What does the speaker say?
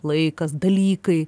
laikas dalykai